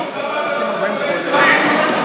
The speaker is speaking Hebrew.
למה אתה, נתונים?